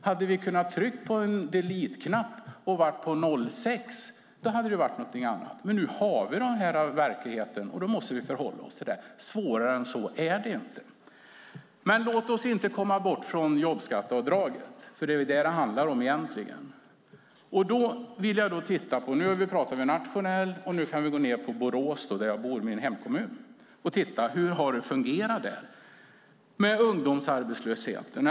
Hade vi kunnat trycka på en deleteknapp och vara tillbaka på 2006 hade det varit något annat, men nu har vi denna verklighet och måste förhålla oss till den. Svårare än så är det inte. Låt oss dock inte komma bort från jobbskatteavdraget. Det är nämligen vad det handlar om egentligen. Vi har talat nationellt, och nu kan vi gå till Borås där jag bor - det är min hemkommun - och titta på hur det har fungerat med ungdomsarbetslösheten där.